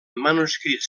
manuscrits